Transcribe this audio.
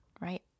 right